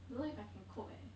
don't know if I can cope leh